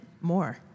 more